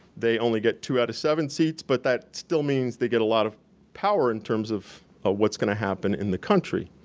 they only get two out of seven seats but that still means they get a lot of power in terms of ah what's gonna happen in the country.